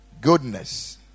goodness